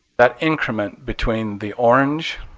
that increment between the orange